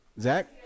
Zach